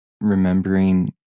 remembering